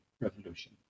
revolution